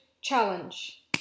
challenge